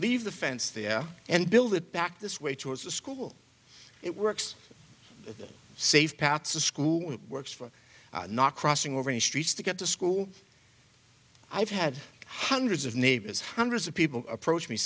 leave the fence there and build it back this way towards the school it works safe paths the school works for not crossing over the streets to get to school i've had hundreds of neighbors hundreds of people approach me